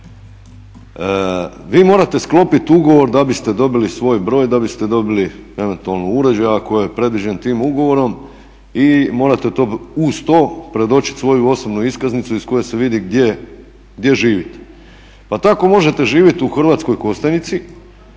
Vi morate sklopiti ugovor da biste dobili svoj broj, da biste dobili eventualno uređaj ako je predviđen tim ugovorom i morate uz to predočiti svoju osobnu iskaznicu iz koje se vidi gdje živite. Pa tako možete živjeti u Hrvatskoj Kostajnici,